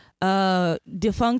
Defunct